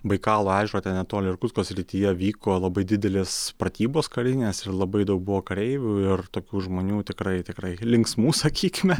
baikalo ežero ten netoli irkutsko srityje vyko labai didelės pratybos karinės ir labai daug buvo kareivių ir tokių žmonių tikrai tikrai linksmų sakykime